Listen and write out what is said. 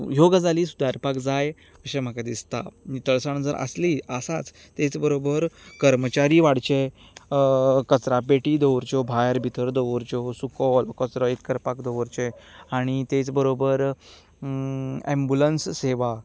ह्यो गजाली सुदारपाक जाय अशें म्हाका दिसता नितळसाण जर आसली आसाच तेच बरोबर कर्मचारीय वाडचे कचऱ्या पेटी दवरच्यो भायर भितर दवरच्यो सुको कचरो एक करपाक दवरचें आनी तेच बरोबर एम्ब्यूलंस सेवा